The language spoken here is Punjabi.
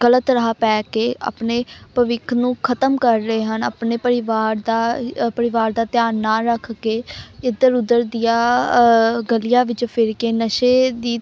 ਗਲਤ ਰਾਹ ਪੈ ਕੇ ਆਪਣੇ ਭਵਿੱਖ ਨੂੰ ਖ਼ਤਮ ਕਰ ਰਹੇ ਹਨ ਆਪਣੇ ਪਰਿਵਾਰ ਦਾ ਅ ਪਰਿਵਾਰ ਦਾ ਧਿਆਨ ਨਾ ਰੱਖ ਕੇ ਇੱਧਰ ਉੱਧਰ ਦੀਆਂ ਗਲੀਆਂ ਵਿੱਚ ਫਿਰ ਕੇ ਨਸ਼ੇ ਦੀ